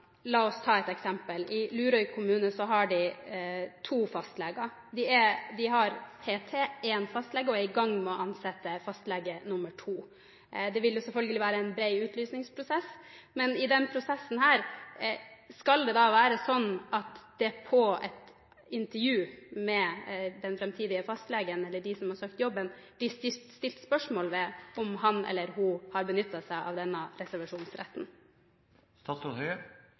kommune – har to fastleger. De har p.t. en fastlege og er i gang med å ansette fastlege nr. 2. Det vil selvfølgelig være en bred utlysningsprosess. Men skal det i den prosessen være sånn at det i intervjuet med den framtidige fastlegen, eller med dem som har søkt jobben, vil bli stilt spørsmål ved om han eller hun har benyttet seg av denne